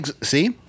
see